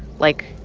like,